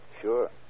Sure